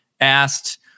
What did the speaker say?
asked